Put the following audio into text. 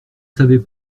savait